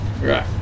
right